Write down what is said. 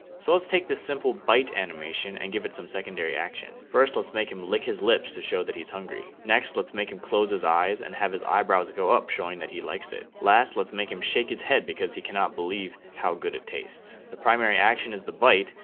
so let's take this simple bite animation and give it some secondary action. first, let's make him lick his lips to show that he's hungry. next let's make him close his eyes and have his eyebrows go up showing that he likes it. last, let's make him shake his head because he cannot believe how good it tastes. the primary action is the bite.